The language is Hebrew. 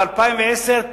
ב-2010,